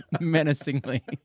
menacingly